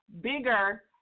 bigger